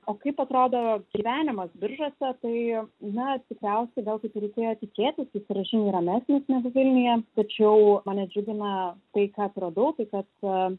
o kaip atrodo gyvenimas biržuose tai na tikriausiai gal taip ir reikėjo tikėtis jis yra žymiai ramesnis negu vilniuje tačiau mane džiugina tai ką atradau tai kad